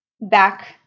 back